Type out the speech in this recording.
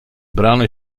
brano